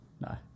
No